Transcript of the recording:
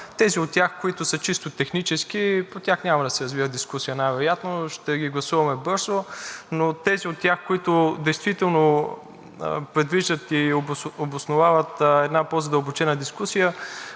Тези от тях, които са чисто технически, по тях няма да се развива дискусия, най-вероятно ще ги гласуваме бързо. Но тези от тях, които действително предвиждат и обосновават една по-задълбочена дискусия,